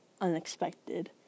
unexpected